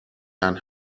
and